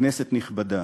כנסת נכבדה,